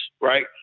right